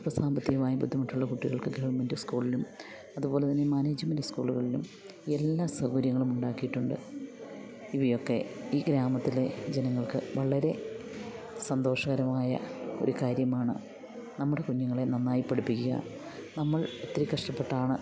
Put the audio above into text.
അല്പം സാമ്പത്തികമായി ബുദ്ധിമുട്ടുള്ള കുട്ടികൾക്ക് ഗവൺമെൻ്റ് സ്കൂളിലും അതുപോലെ തന്നെ മാനേജ്മെൻ്റ് സ്കൂളുകളിലും എല്ലാ സൗകര്യങ്ങളും ഉണ്ടാക്കിയിട്ടുണ്ട് ഇവയൊക്കെ ഈ ഗ്രാമത്തിലെ ജനങ്ങൾക്ക് വളരെ സന്തോഷകരമായ ഒരു കാര്യമാണ് നമ്മുടെ കുഞ്ഞുങ്ങളെ നന്നായി പഠിപ്പിക്കുക നമ്മൾ ഒത്തിരി കഷ്ടപ്പെട്ടാണ്